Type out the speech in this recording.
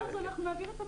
אנחנו נעביר את המסר.